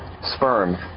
sperm